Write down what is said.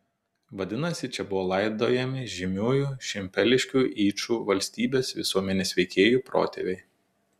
vadinasi čia buvo laidojami žymiųjų šimpeliškių yčų valstybės visuomenės veikėjų protėviai